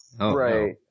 Right